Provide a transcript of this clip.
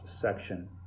section